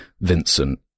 Vincent